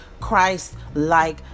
christ-like